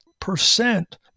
percent